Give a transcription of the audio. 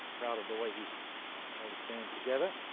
proud of the way he's held his game together.